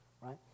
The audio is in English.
right